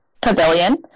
pavilion